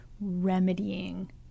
remedying